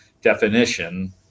definition